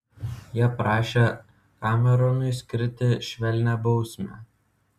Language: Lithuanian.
jie prašė kameronui skirti švelnią bausmę